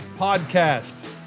Podcast